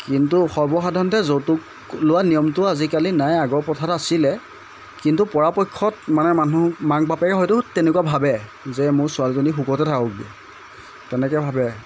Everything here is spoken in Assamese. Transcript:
কিন্তু সৰ্বসাধাৰণতে যৌতুক লোৱা নিয়মটো আজিকালি নাই আগৰ প্ৰথাৰত আছিলে কিন্তু পৰাপক্ষত মানে মানুহ মাক বাপেকে হয়তো তেনেকুৱা ভাবে যে মোৰ ছোৱালীজনী সুখতে থাকোঁগৈ তেনেকৈ ভাবে